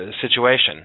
situation